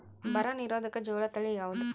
ಬರ ನಿರೋಧಕ ಜೋಳ ತಳಿ ಯಾವುದು?